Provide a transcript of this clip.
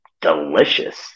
delicious